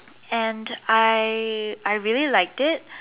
and I I really like it